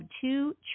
two